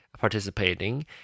participating